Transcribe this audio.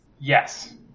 Yes